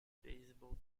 beisebol